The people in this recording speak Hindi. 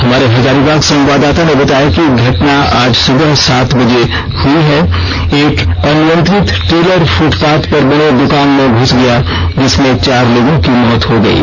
हमारे हजारीबाग संवाददाता ने बताया कि घटना आज सुबह साढ़े सात बजे की है एक अनियंतित्रत ट्रेलर फुटपाथ पर बने दुकान में घूस गया जिसमें चार लोगों की मौत हो गयी